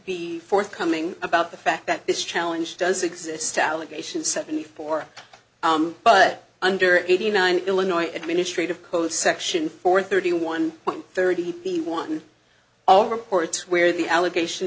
be forthcoming about the fact that this challenge does exist allegations seventy four but under eighty nine illinois administrative code section four thirty one one thirty p one all reports where the allegation